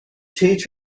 teach